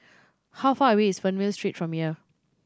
how far away is Fernvale Street from here